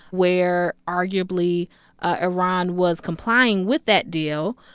where arguably iran was complying with that deal,